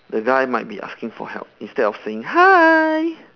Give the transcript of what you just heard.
the guy might be asking for help instead of saying hi